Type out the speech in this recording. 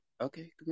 okay